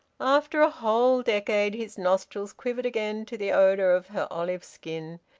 after a whole decade his nostrils quivered again to the odour of her olive skin.